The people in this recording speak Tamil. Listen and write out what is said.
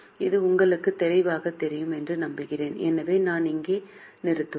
இது உங்களுக்கு தெளிவாகத் தெரியும் என்று நம்புகிறேன் எனவே நாம் இங்கே நிறுத்துவோம்